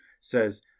says